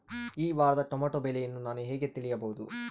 ಈ ವಾರದ ಟೊಮೆಟೊ ಬೆಲೆಯನ್ನು ನಾನು ಹೇಗೆ ತಿಳಿಯಬಹುದು?